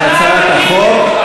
בהצעת החוק,